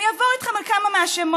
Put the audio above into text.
אעבור איתכם על כמה מהשמות.